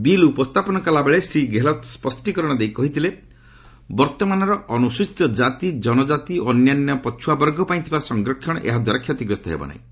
bill ଉପସ୍ଥାପନ କଲାବେଳେ ଶ୍ରୀ ଗେହେଲତ୍ ସ୍ୱଷ୍ଟିକରଣ ଦେଇ କହିଥିଲେ ବର୍ତ୍ତମାନର ଅନୁସୂଚୀତ ଜାତି ଜନଜାତି ଓ ଅନ୍ୟାନ୍ୟ ପଛୁଆବର୍ଗ ପାଇଁ ଥିବା ସଂରକ୍ଷଣ ଏହା ଦ୍ୱାରା କ୍ଷତିଗ୍ରସ୍ତ ହେବ ନାହିଁ